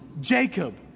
Jacob